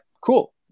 cool